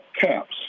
caps